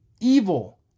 evil